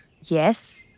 Yes